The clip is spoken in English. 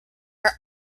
her